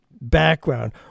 background